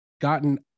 gotten